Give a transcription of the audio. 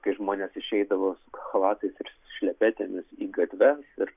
kai žmonės išeidavo su chalatais ir su šlepetėmis į gatves ir